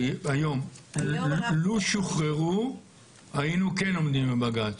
לו שוחררו, היינו כן עומדים בבג"צ?